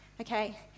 Okay